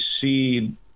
see